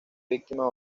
víctimas